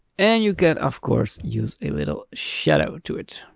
and you can of course use a little shadow to it.